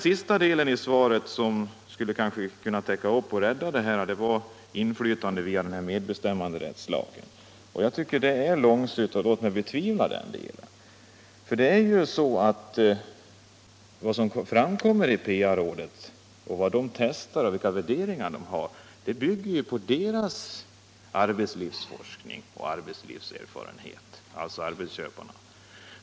Sista delen av svaret gäller inflytandet via medbestämmandelagen, som här skulle kunna medföra en förbättring. Jag tycker det verkar långsökt och betvivlar att så blir fallet. PA-rådets tester och värderingar bygger på den arbetslivsforskning och arbetslivserfarenhet som man där har, dvs. på arbetsköparnas.